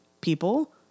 people